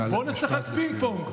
בואו נשחק פינג-פונג.